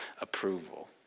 Approval